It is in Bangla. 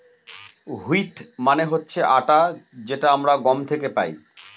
হোইট মানে হচ্ছে আটা যেটা আমরা গম থেকে পাই